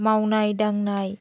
मावनाय दांनाय